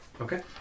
Okay